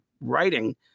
writing